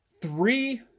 three